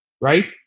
Right